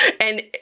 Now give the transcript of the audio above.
And-